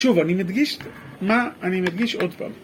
שוב אני מדגיש, מה אני מדגיש עוד פעם